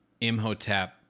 Imhotep